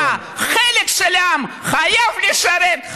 למה חלק של העם חייב לשרת,